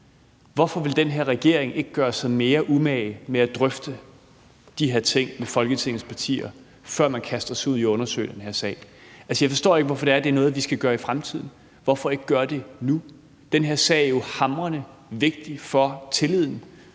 Hvorfor vil den her regering ikke gøre sig mere umage med at drøfte de her ting med Folketingets partier, før man kaster sig ud i at undersøge den her sag? Altså, jeg forstår ikke, hvorfor det er noget, vi skal gøre i fremtiden. Hvorfor ikke gøre det nu? Den her sag er jo hamrende vigtig for tilliden